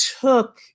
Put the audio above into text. took